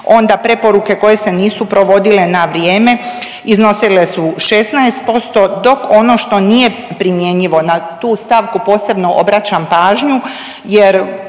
onda preporuke koje se nisu provodile na vrijeme iznosile su 16% dok ono što nije primjenjivo na tu stavku posebno obraćam pažnju